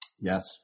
Yes